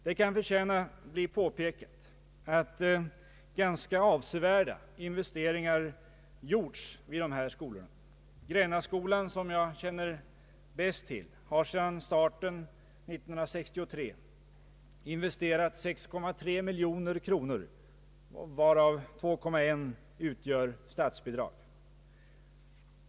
Det kan förtjäna att bli påpekat att ganska avsevärda investeringar gjorts vid de här skolorna. Grännaskolan som jag känner bäst till har sedan den startade 1963 investerat 6,3 miljoner kronor, varav 2,1 miljoner kronor utgör statsbidrag.